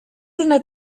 una